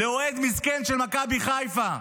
-- לאוהד מסכן של מכבי חיפה,